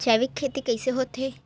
जैविक खेती कइसे होथे?